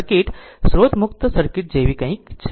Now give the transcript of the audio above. આ સર્કિટ સ્રોત મુક્ત સર્કિટ જેવી કંઈક છે